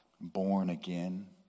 born-again